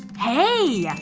hey! yeah